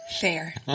Fair